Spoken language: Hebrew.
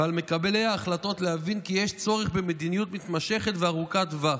ועל מקבלי ההחלטות להבין כי יש צורך במדיניות מתמשכת וארוכת טווח.